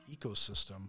ecosystem